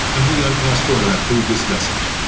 i'm julian castro and approve this message.